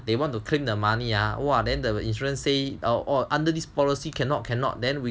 they want to claim the money ah !wah! then the insurance say or or under this policy cannot cannot then